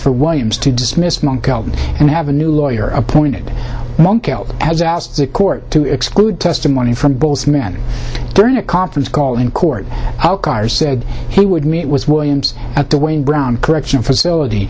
for williams to dismiss monk and have a new lawyer appointed has asked the court to exclude testimony from both men during a conference call in court how carter said he would meet was williams at the wayne brown correctional facility